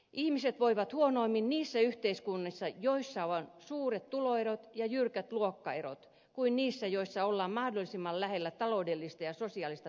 ihmiset voivat huonommin niissä yhteiskunnissa joissa on suuret tuloerot ja jyrkät luokkaerot kuin niissä joissa ollaan mahdollisimman lähellä taloudellista ja sosiaalista tasa arvoa